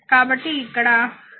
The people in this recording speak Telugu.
కాబట్టి ఇక్కడ p3 8 7 56 వాట్